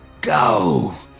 Go